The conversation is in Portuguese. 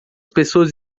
pessoas